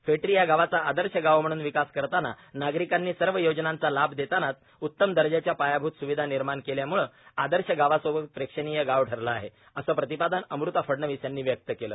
फेटरी या गावाचा आदर्श गावश म्हणून विकास करताना नागरिकांना सर्व योजनांचा लाभ देतांनाच उत्तम दर्जाच्या पायाभुत सुविधा निर्माण केल्यामुळे आदर्श गावासोबत प्रेक्षणीय गाव ठरले आहेए असं प्रतिपादन अमृता फडणवीस यांनी व्यक्त केलं